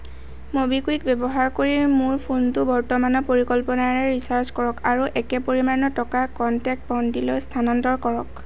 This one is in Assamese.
ম'বিকুইক ব্যৱহাৰ কৰি মোৰ ফোনটো বৰ্তমানৰ পৰিকল্পনাৰে ৰিচাৰ্জ কৰক আৰু একে পৰিমাণৰ টকা কনটেক্ট ভণ্টিলৈ স্থানান্তৰ কৰক